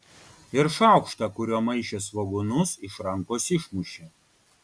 ir šaukštą kuriuo maišė svogūnus iš rankos išmušė